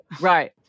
Right